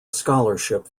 scholarship